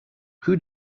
who